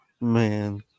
Man